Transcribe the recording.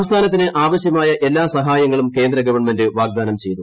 സംസ്ഥാനത്തിന് ആവശ്യമായ എല്ലാ സഹായങ്ങളും കേന്ദ്ര ഗവൺമെന്റ് വാഗ്ദാനം ചെയ്തു